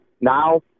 Now